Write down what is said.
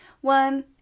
one